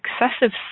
excessive